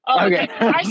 okay